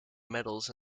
metals